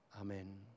Amen